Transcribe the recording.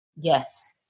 Yes